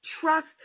Trust